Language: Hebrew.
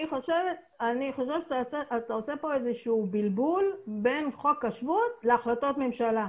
אני חושב שאתה עושה כאן איזשהו בלבול בין חוק השבות להחלטות ממשלה.